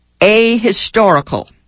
ahistorical